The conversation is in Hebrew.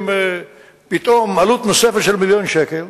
יש פתאום עלות נוספת של מיליון שקל